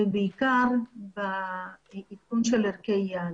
ובעיקר בעדכון של ערכי יעד.